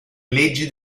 leggi